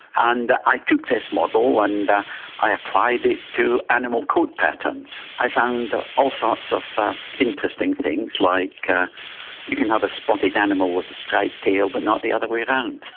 and i took this model and i applied it to animal coat patterns. i found all sorts of interesting things, like you can have a spotted animal with a striped tail but not the other way around.